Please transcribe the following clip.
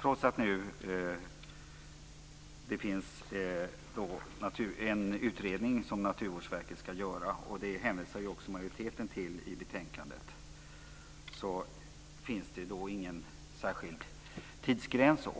Trots att Naturvårdsverket ska göra en utredning, vilket majoriteten hänvisar till i betänkandet, finns det ingen särskild tidsgräns.